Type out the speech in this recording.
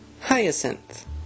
hyacinth